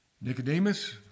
Nicodemus